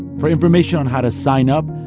for information on how to sign up,